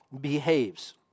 behaves